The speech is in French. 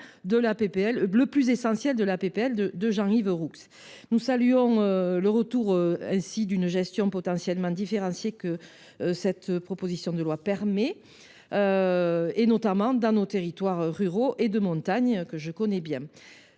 la proposition de loi de Jean Yves Roux. Nous saluons le retour à une gestion potentiellement différenciée que cette proposition de loi permet, notamment dans nos territoires ruraux et de montagne, que je connais bien.